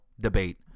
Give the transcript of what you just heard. debate